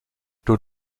door